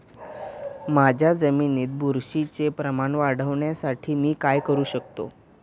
माझ्या जमिनीत बुरशीचे प्रमाण वाढवण्यासाठी मी काय करू शकतो?